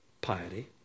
piety